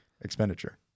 expenditure